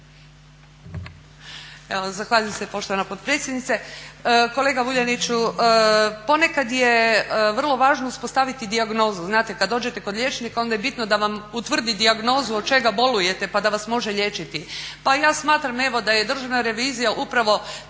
Zahvaljujem se poštovana potpredsjednice. Kolega Vuljaniću, ponekad je vrlo važno uspostaviti dijagnozu. Znate, kad dođete kod liječnika onda je bitno da vam utvrdi dijagnozu od čega bolujete, pa da vas može liječiti. Pa ja smatram da je evo Državna revizija upravo